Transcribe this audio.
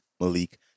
Malik